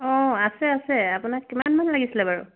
অঁ আছে আছে আপোনাক কিমানমান লাগিছিলে বাৰু